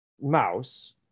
mouse